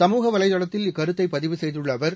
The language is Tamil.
சமூக வலைதளத்தில் இக்கருத்தைபதிவு செய்துள்ளஅவர்